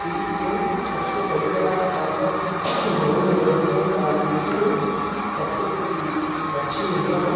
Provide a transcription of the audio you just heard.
कि वो सबसे पहली बात कि सांसद भवन में बैठती हैं और राजनीति में सबसे अच्छी महिला हैं